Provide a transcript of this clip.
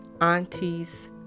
auntie's